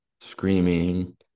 screaming